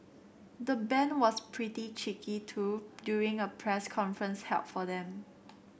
the band was pretty cheeky too during a press conference held for them